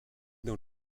dans